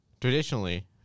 Traditionally